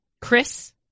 Chris